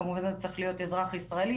כמובן שזה צריך להיות אזרח ישראלי,